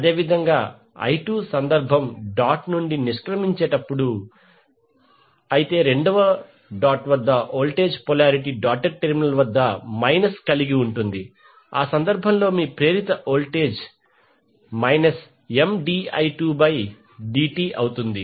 అదేవిధంగా i2 సందర్భం dot నుండి నిష్క్రమించేటప్పుడు అయితే రెండవ వద్ద వోల్టేజ్ పొలారిటీ డాటెడ్ టెర్మినల్ వద్ద మైనస్ కలిగి ఉంటుంది ఆ సందర్భంలో మీ ప్రేరిత మ్యూచువల్ వోల్టేజ్ Mdi2dt అవుతుంది